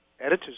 editors